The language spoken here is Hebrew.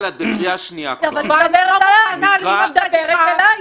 אני לא מוכנה לקבל את זה כעובדה.